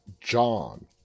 John